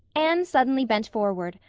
anne suddenly bent forward,